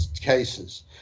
cases